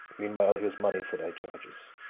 meanwhile here's money for thy charges.